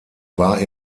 war